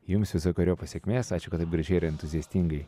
jums visokeriopos sėkmės ačiū kad taip gražiai ir entuziastingai